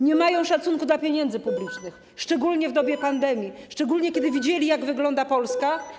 Nie mają szacunku do pieniędzy publicznych, szczególnie w dobie pandemii, szczególnie, kiedy widzieli, jak wygląda Polska.